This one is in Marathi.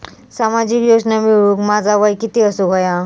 सामाजिक योजना मिळवूक माझा वय किती असूक व्हया?